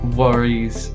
worries